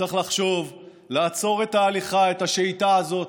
צריך לחשוב, לעצור את ההליכה, את השעיטה הזאת,